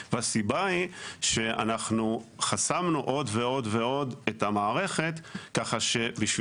והסיבה היא שאנחנו חסמנו עוד ועוד את המערכת ככה שבשביל